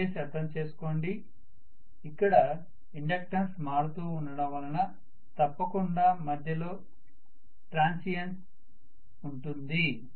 దయచేసి అర్థం చేసుకోండి ఇక్కడ ఇండక్టన్స్ మారుతూ ఉండడం వలన తప్పకుండా మధ్యలో ట్రాన్సియెన్స్ ఉంటుంది